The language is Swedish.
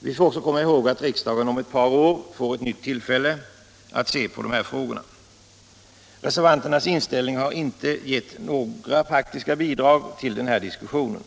Vi får också komma ihåg att riksdagen om ett par år får ett nytt tillfälle att se på de här frågorna. Reservanterna har inte gett några praktiska bidrag till diskussionen.